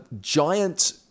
giant